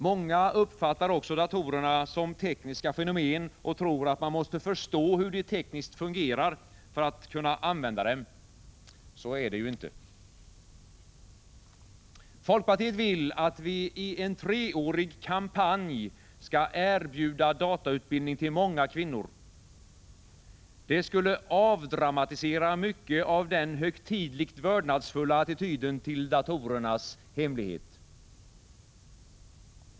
Många uppfattar också datorerna som tekniska fenomen och tror att man måste förstå hur de tekniskt fungerar för att kunna använda dem. Så är det ju inte! Folkpartiet vill att vi i en treårig kampanj skall erbjuda datautbildning till många kvinnor. Det skulle avdramatisera mycket av den högtidligt vördnadsfulla attityden till datorernas ”hemlighet”.